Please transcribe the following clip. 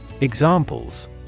Examples